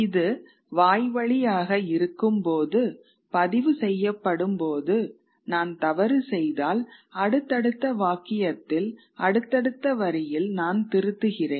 இது வாய்வழியாக இருக்கும்போது பதிவு செய்யப்படும்போது நான் தவறு செய்தால் அடுத்தடுத்த வாக்கியத்தில் அடுத்தடுத்த வரியில் நான் திருத்துகிறேன்